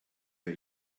der